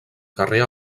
carrer